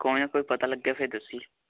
ਕੋਈ ਨਾ ਜੇ ਪਤਾ ਲੱਗਿਆ ਫਿਰ ਦੱਸੀ